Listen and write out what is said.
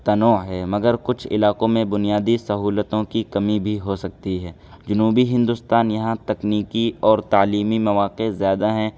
تنوع ہے مگر کچھ علاقوں میں بنیادی سہولتوں کی کمی بھی ہو سکتی ہے جنوبی ہندوستان یہاں تکنیکی اور تعلیمی مواقع زیادہ ہیں